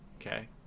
okay